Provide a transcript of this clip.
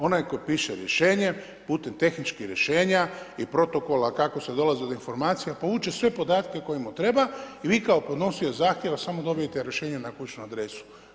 Onaj tko piše rješenje putem tehničkih rješenja i protokola kako se dolazi do informacija povuče sve podatke koji mu treba i vi kao podnosioc zahtjeva samo dobijete rješenje na kućnu adresu.